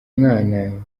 mwana